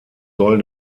soll